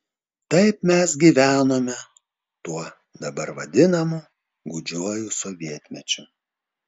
taip mes gyvenome tuo dabar vadinamu gūdžiuoju sovietmečiu